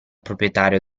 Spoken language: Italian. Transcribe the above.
proprietario